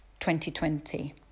2020